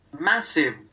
massive